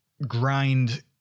grind